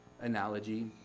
analogy